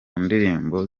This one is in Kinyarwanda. ndirimbo